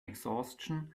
exhaustion